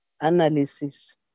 analysis